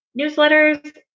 newsletters